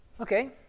Okay